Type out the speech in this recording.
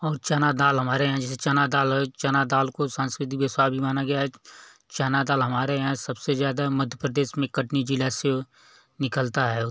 और चना दाल हमारे यहाँ जैसे चना दाल है चना दाल को सांस्कृतिक व्यवसाय भी माना गया है चना दाल हमारे यहाँ सबसे ज़्यादा मध्य प्रदेश में कटनी ज़िला से निकलता है